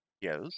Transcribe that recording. Yes